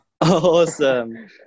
awesome